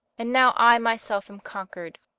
and now i my self am conquered.